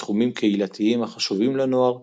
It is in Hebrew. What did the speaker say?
בתחומים קהילתיים החשובים לנוער,